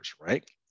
right